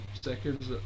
seconds